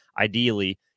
ideally